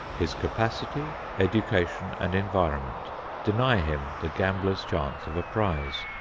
his capacity, education and environment deny him the gambler's chance of a prize.